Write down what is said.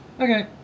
Okay